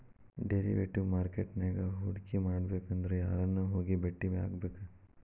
Derivative market ನ್ಯಾಗ್ ಹೂಡ್ಕಿಮಾಡ್ಬೆಕಂದ್ರ ಯಾರನ್ನ ಹೊಗಿ ಬೆಟ್ಟಿಯಾಗ್ಬೇಕ್?